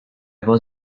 was